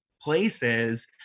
places